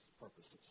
purposes